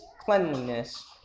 cleanliness